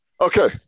Okay